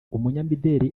umunyamideli